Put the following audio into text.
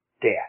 Death